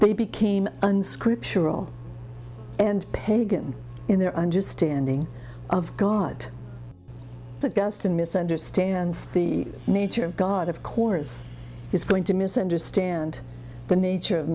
they became unscriptural and pagan in their understanding of god the gaston misunderstands the nature god of course is going to misunderstand the nature of